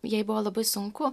jai buvo labai sunku